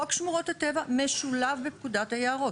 חוק שמורות הטבע משולב בפקודת היערות.